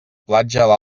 platja